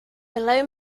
below